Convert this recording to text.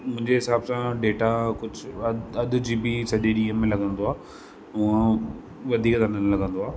मुंहिंजे हिसाब सां डेटा कुझु अधु जीबी सॼे ॾींहं में लॻंदो आहे उहा त वधीक न लॻंदो आहे